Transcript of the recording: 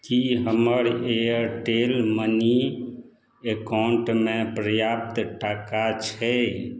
की हमर Airtel money एकाउंटमे पर्याप्त टाका छै